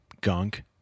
gunk